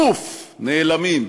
פוף, נעלמים.